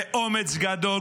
באומץ גדול.